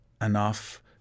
enough